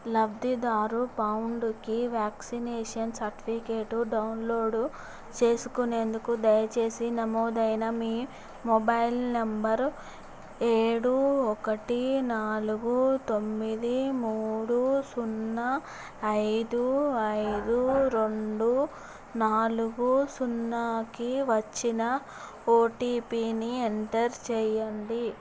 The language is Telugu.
లబ్ధిదారు పాండుకి వ్యాక్సినేషన్ సర్టిఫికెటు డౌన్లోడు చేసుకునేందుకు దయచేసి నమోదైన మీ మొబైల్ నంబర్ ఏడు ఒకటి నాలుగు తొమ్మిది మూడు సున్నా ఐదు ఐదు రెండు నాలుగు సున్నాకి వచ్చిన ఓటిపిని ఎంటర్ చేయండి